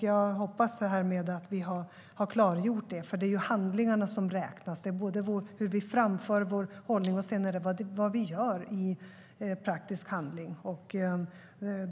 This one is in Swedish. Jag hoppas härmed att vi har klargjort detta, för det är handlingarna som räknas. Det handlar om hur vi framför vår hållning och sedan om vad vi gör i praktisk handling.